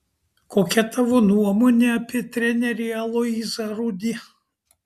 kokia tavo nuomonė apie trenerį aloyzą rudį